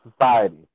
society